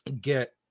get